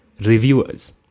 reviewers